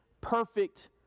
perfect